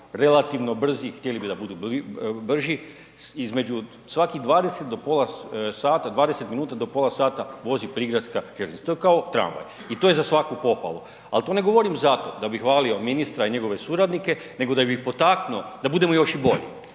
relativno brzi, htjeli bi da budu brži, između svakih 20 do pola sata, 20 minuta do pola sata vozi prigradska željeznica, to je kao tramvaj i to je za svaku pohvalu, al to ne govorim zato da bi hvalio ministra i njegove suradnike nego da bi ih potaknuo da budemo još i bolji,